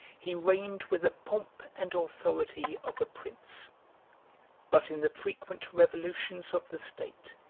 he reigned with the pomp and authority of a prince but in the frequent revolutions of the state,